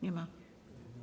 Nie ma.